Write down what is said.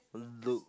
look